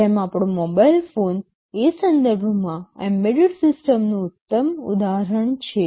જેમ આપણો mobile phone આ સંદર્ભમાં એમ્બેડેડ સિસ્ટમનું ઉત્તમ ઉદાહરણ છે